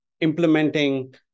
implementing